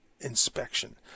inspection